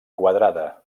quadrada